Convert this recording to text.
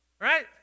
Right